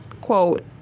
quote